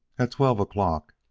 at twelve o'clock,